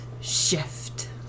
shift